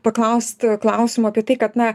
paklausti klausimo apie tai kad na